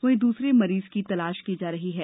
वहीं दूसरे मरीज की तलाश की जा रही है